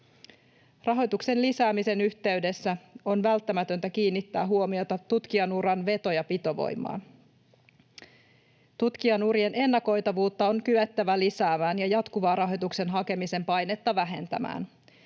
Rahoituksen lisäämisen yhteydessä on välttämätöntä kiinnittää huomiota tutkijanuran veto- ja pitovoimaan. Tutkijanurien ennakoitavuutta on kyettävä lisäämään ja jatkuvaa rahoituksen hakemisen painetta vähentämään